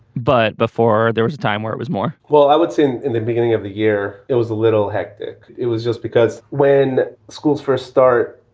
but before there was a time where it was more well, i would say in in the beginning of the year it was a little hectic. it was just because when schools first start,